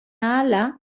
ahala